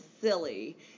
silly